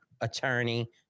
attorney